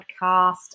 podcast